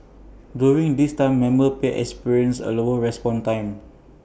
during this time members may experience A slower response time